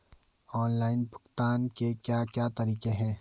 Online भुगतान के क्या क्या तरीके हैं?